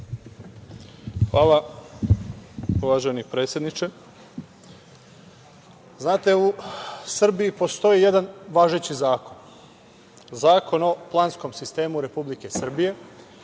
Hvala, uvaženi predsedniče. Znate u Srbiji postoji jedan važeći zakon, Zakon o planskom sistemu Republike Srbije